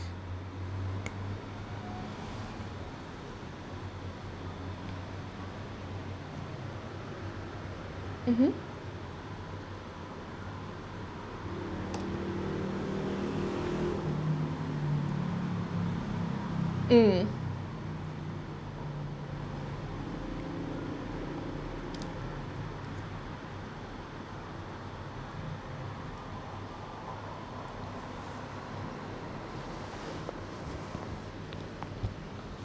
uh uh